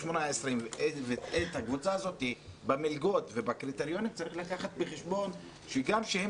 את הקבוצה הזאת במלגות ובקריטריונים צריך לקחת בחשבון שגם כשהם